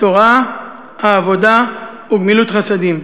התורה, העבודה וגמילות חסדים.